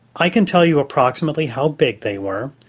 i can tell you approximately how big they were,